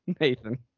Nathan